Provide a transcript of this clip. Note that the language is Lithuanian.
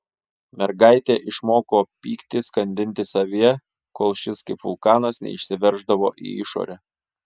mergaitė išmoko pyktį skandinti savyje kol šis kaip vulkanas neišsiverždavo į išorę